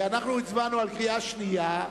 הצבענו בקריאה שנייה,